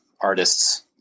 artists